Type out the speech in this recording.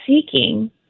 seeking